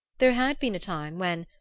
there had been a time when,